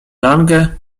lange